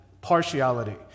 partiality